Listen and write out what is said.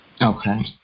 Okay